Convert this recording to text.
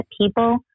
people